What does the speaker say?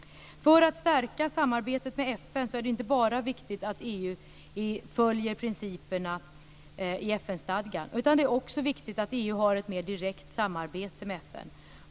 För att stärka samarbetet med FN är det viktigt inte bara att EU följer principerna i FN-stadgan utan också att EU har ett mer direkt samarbete med FN.